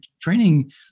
training